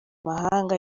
mahanga